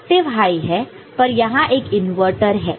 Cn active high है पर यहां एक इनवर्टर है